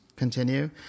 continue